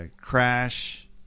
crash